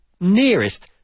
nearest